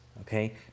okay